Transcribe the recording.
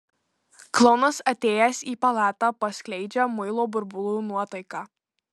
klounas atėjęs į palatą paskleidžia muilo burbulų nuotaiką